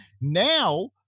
Now